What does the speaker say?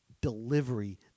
delivery